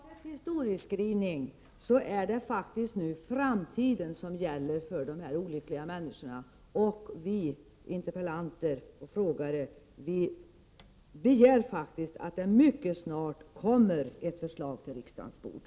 Herr talman! Oavsett historieskrivning så är det nu faktiskt framtiden för dessa olyckliga människor det gäller, och vi interpellanter och frågeställare begär att det mycket snart läggs fram ett förslag på riksdagens bord.